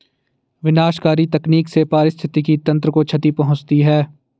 विनाशकारी तकनीक से पारिस्थितिकी तंत्र को क्षति पहुँचती है